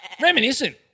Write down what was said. Reminiscent